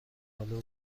حال